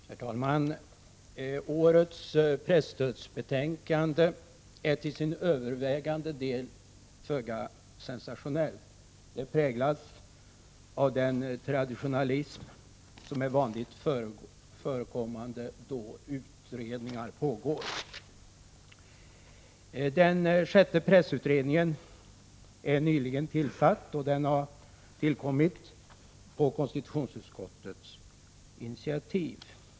Herr talman! Årets presstödsbetänkande är till sin övervägande del föga sensationellt. Det präglas av den traditionalism som är vanligt förekommande då utredningar pågår. Den sjätte pressutredningen är nyligen tillsatt, och den har tillkommit på konstitutionsutskottets initiativ.